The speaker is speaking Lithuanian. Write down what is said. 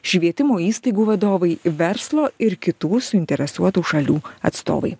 švietimo įstaigų vadovai verslo ir kitų suinteresuotų šalių atstovai